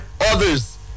others